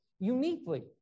uniquely